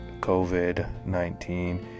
COVID-19